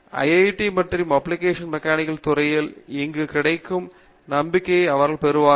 IIT மற்றும் application mechanics துறைகளில் இங்கு கிடைக்கும் நம்பிக்கையை அவர்கள் பெறுவார்கள்